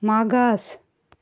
मागास